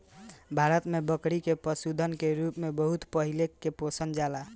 भारत में बकरी के पशुधन के रूप में बहुत पहिले से पोसल जाला